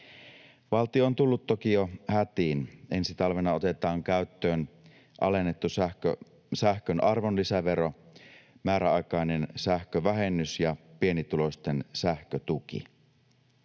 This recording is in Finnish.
Valtio on tullut toki jo hätiin. Ensi talvena otetaan käyttöön alennettu sähkön arvonlisävero, määräaikainen sähkövähennys ja pienituloisten sähkötuki.